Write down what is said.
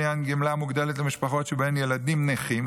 לעניין גמלה מוגדלת למשפחות שבהן ילדים נכים,